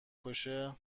کشه